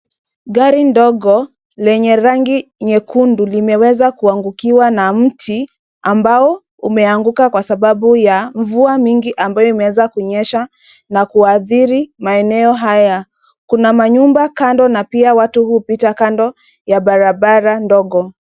Gari ndogo lenye rangi nyekundu limeweza kuangukiwa na mti ambao umeanguka kwa sababu ya mvua mingi ambayo imeweza kunyesha na kuathiri maeneo haya. Kuna manyumba kando na pia watu hupita kando ya barabara ndogo.